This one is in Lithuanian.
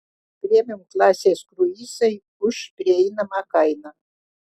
premium klasės kruizai už prieinamą kainą